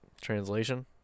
translation